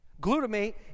Glutamate